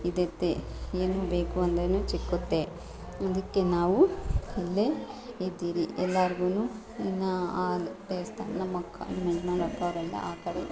ಇರುತ್ತೆ ಏನು ಬೇಕು ಅಂದರೂನು ಸಿಕ್ಕುತ್ತೆ ಅದಕ್ಕೆ ನಾವು ಇಲ್ಲೇ ಇದ್ದೀರಿ ಎಲ್ಲರಿಗೂ ಇನ್ನು ಹಾಲ್ ಅಂತ ಹೇಳ್ತಾ ನಮ್ಮ ಅಕ್ಕ ನಮ್ಮ ಯಜಮಾನರ ಅಕ್ಕ ಅವ್ರೆಲ್ಲ ಆ ಕಡೆ